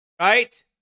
Right